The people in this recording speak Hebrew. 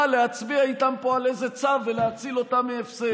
להצביע איתם פה על איזה צו ולהציל אותם מהפסד.